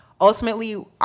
Ultimately